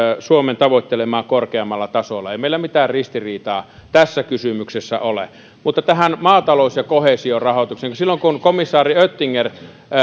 suomen tavoittelemaa korkeammalla tasolla ei meillä mitään ristiriitaa tässä kysymyksessä ole mutta tähän maatalous ja koheesiorahoitukseen silloin kun komissaari oettinger